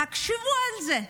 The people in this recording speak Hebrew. תקשיבו לזה: